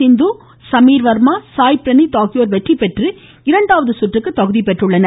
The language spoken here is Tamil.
சிந்து சமீர் வர்மா சாய் பிரனீத் ஆகியோர் வெற்றிபெற்று இரண்டாவது சுற்றுக்கு தகுதி பெற்றுள்ளனர்